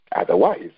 otherwise